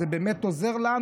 זה באמת עוזר לנו.